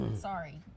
Sorry